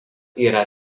yra